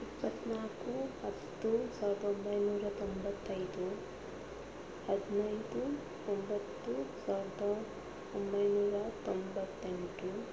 ಇಪ್ಪತ್ನಾಲ್ಕು ಹತ್ತು ಸಾವಿರದ ಒಂಬೈನೂರ ತೊಂಬತ್ತೈದು ಹದಿನೆಂಟು ಒಂಬತ್ತು ಸಾವಿರದ ಒಂಬೈನೂರ ತೊಂಬತ್ತೆಂಟು